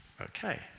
okay